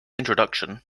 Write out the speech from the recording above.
introduction